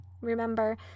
Remember